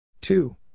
two